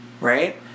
Right